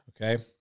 Okay